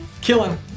killing